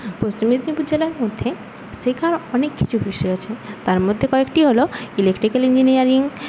পশ্চিম মেদিনীপুর জেলার মধ্যে শেখার অনেক কিছু বিষয় আছে তার মধ্যে কয়েকটি হল ইলেকট্রিকাল ইঞ্জিনিয়ারিং